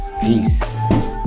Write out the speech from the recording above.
Peace